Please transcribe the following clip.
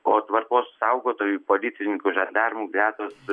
o tvarkos saugotojų policininkų žandarų gretos